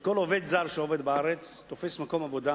שכל עובד זר שעובד בארץ תופס מקום עבודה